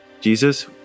Jesus